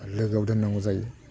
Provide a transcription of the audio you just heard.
लोगोआव दोननांगौ जायो